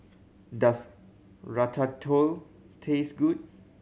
does Ratatouille taste good